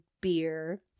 beer